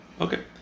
Okay